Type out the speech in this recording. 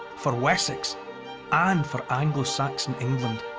for wessex and for anglo-saxon england.